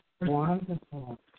wonderful